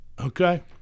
okay